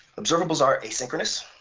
observables are asynchronous,